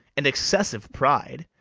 and excessive pride,